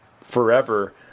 forever